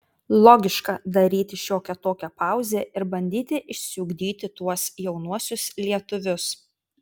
logiška daryti šiokią tokią pauzę ir bandyti išsiugdyti tuos jaunuosius lietuvius